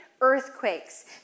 earthquakes